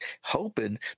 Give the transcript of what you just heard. hoping